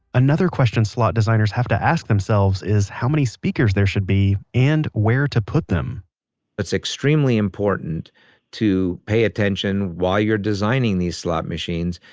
another question slot designers have to ask themselves is how many speakers there should be and where to put them it's extremely important to pay attention while you're designing these slot machines,